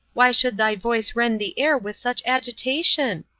why should thy voice rend the air with such agitation?